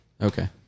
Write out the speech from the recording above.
Okay